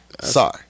Sorry